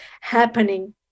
happening